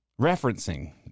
Referencing